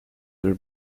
are